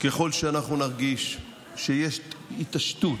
ככל שאנחנו נרגיש שיש התעשתות